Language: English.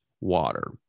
water